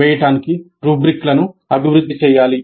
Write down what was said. వేయడానికి రుబ్రిక్లను అభివృద్ధి చేయాలి